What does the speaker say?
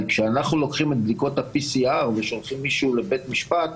אבל כשאנחנו לוקחים את בדיקות ה-pcr ושולחים מישהו לבית משפט,